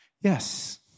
Yes